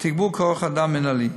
ולתגבור כוח-אדם מינהלי.